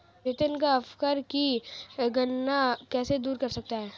वेतन से आयकर की गणना कैसे दूर कर सकते है?